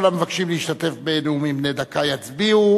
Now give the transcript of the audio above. כל המבקשים להשתתף בנאומים בני דקה יצביעו,